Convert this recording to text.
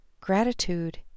Gratitude